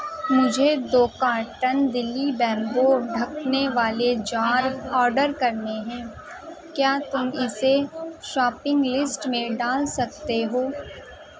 مجھے دو کارٹن دلی بیمبو ڈھکنے والے جار آڈر کرنے ہیں کیا تم اسے شاپنگ لسٹ میں ڈال سکتے ہو